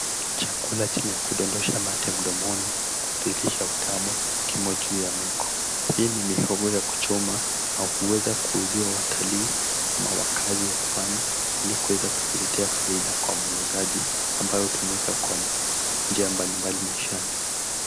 Chakula chenye kudondosha mate mdomoni, kudhihirisha utamu kimo juu ya meko. Hii ni mihogo ya kuchoma na huweza kuuziwa watalii ama wakazi wa Pwani ili kuweza kujiletea faida kwa muuzaji ambayo hutumika kwa njia mbalimbali maishani.